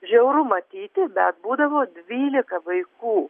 žiauru matyti bet būdavo dvylika vaikų